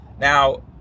Now